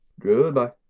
Goodbye